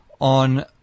on